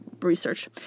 research